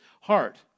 heart